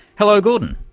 hello gordon.